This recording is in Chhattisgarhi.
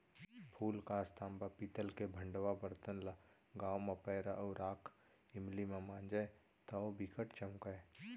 फूलकास, तांबा, पीतल के भंड़वा बरतन ल गांव म पैरा अउ राख इमली म मांजय तौ बिकट चमकय